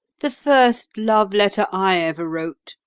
the first love-letter i ever wrote,